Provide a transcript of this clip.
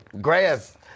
grass